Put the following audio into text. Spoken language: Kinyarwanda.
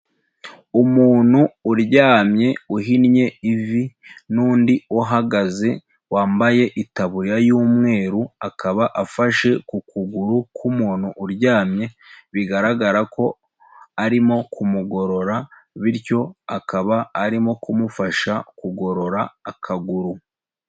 Umuntu uryamye uhinnye ivi n'undi uhagaze wambaye itaburiya y'umweru akaba afashe ku kuguru k'umuntu uryamye bigaragara ko arimo kumugorora bityo akaba arimo kumufasha kugorora akaguru.